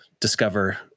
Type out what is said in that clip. discover